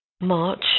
March